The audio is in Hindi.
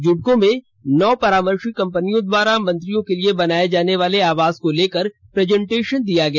जुडको में नौ परामर्शी कंपनियों द्वारा मंत्रियों के लिए बनाए जाने वाले आवास को लेकर प्रेजेंटेशन दिया गया